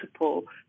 multiple